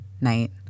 night